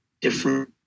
different